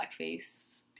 blackface